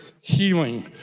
healing